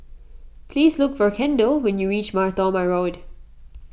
please look for Kendall when you reach Mar Thoma Road